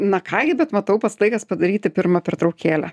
na ką gi bet matau pats laikas padaryti pirmą pertraukėlę